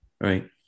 Right